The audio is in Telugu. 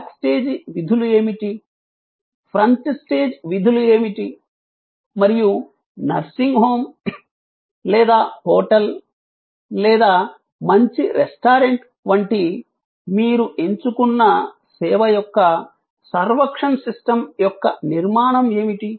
బ్యాక్ స్టేజ్ విధులు ఏమిటి ఫ్రంట్ స్టేజ్ విధులు ఏమిటి మరియు నర్సింగ్ హోమ్ లేదా హోటల్ లేదా మంచి రెస్టారెంట్ వంటి మీరు ఎంచుకున్న సేవ యొక్క సర్వక్షన్ సిస్టమ్ యొక్క నిర్మాణం ఏమిటి